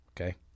Okay